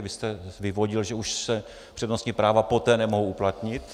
Vy jste vyvodil, že už se přednostní práva poté nemohou uplatnit.